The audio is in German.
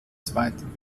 zweiten